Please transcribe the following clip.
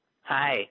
Hi